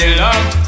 love